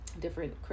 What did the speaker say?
different